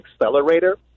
accelerator